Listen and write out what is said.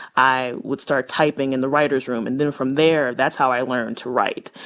i would start typing in the writers' room. and then from there, that's how i learned to write.